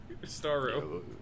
Starro